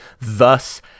thus